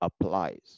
applies